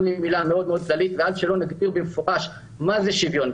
--- כללית --- עד שלא נגדיר במפורש מה זה שוויון,